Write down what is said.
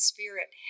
Spirit